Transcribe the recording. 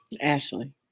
Ashley